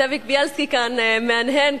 זאביק בילסקי כאן מהנהן,